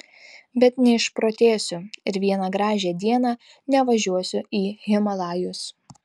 bet neišprotėsiu ir vieną gražią dieną nevažiuosiu į himalajus